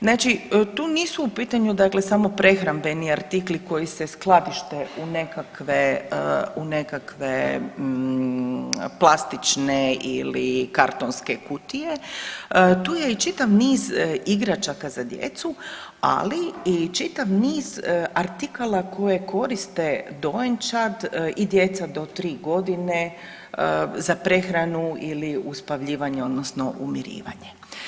Znači tu nisu u pitanju dakle samo prehrambeni artikli koji se skladište u nekakve plastične ili kartonske kutije, tu je i čitav niz igračaka za djecu, ali i čitav niz artikala koje koriste dojenčad i djeca do 3 godine za prehranu ili uspavljivanje odnosno umirivanje.